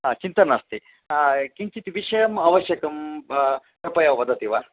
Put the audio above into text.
हा चिन्ता नास्ति किञ्चित् विषयम् आवश्यकं कृपया वदति वा